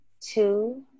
two